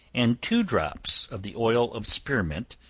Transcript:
and two drops of the oil of spearmint,